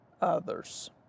others